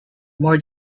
more